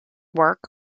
work